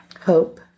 Hope